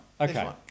Okay